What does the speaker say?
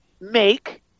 make